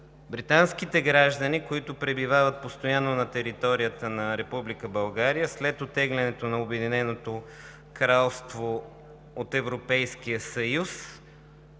британските граждани, които пребивават постоянно на територията на Република България, след оттеглянето на Обединеното кралство от Европейския съюз